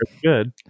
good